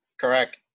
correct